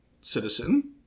citizen